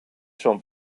son